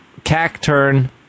cacturn